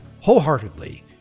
wholeheartedly